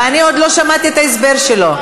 ואני עוד לא שמעתי את ההסבר שלו.